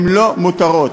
לא מותרות,